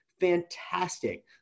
Fantastic